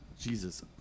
Jesus